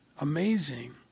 Amazing